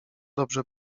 dobrze